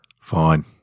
Fine